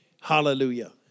Hallelujah